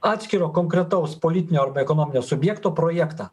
atskiro konkretaus politinio ekonominio subjekto projektą